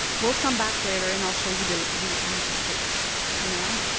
we'll come back later and i'll show you the the next pages, but for now